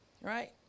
right